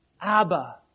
Abba